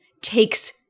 takes